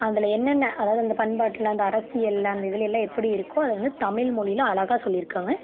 அதில் என்னென்ன அதாவது அந்த பண்பாட்டில் அந்த அரசியலில் அந்த இதுலேலாம் எப்படி இருக்கோ அதை வந்து தமிழ்மொழியில் அழகாக சொல்லியிருக்காங்க